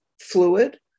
fluid